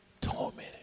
tormented